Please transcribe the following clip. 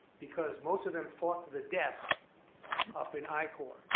because most of them fought to the death up in i corps.